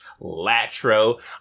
Latro